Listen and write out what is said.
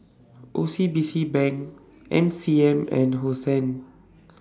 O C B C Bank M C M and Hosen